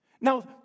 Now